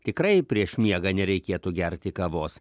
tikrai prieš miegą nereikėtų gerti kavos